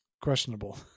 questionable